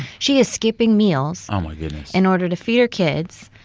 she is skipping meals. oh, my goodness. in order to feed her kids.